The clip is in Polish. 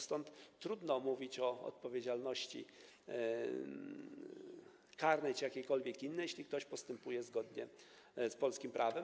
Stąd trudno mówić o odpowiedzialności karnej czy jakiejkolwiek innej, jeśli ktoś postępuje zgodnie z polskim prawem.